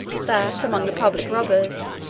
that, among the public robbers,